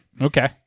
Okay